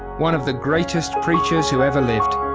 one of the greatest preachers who ever lived.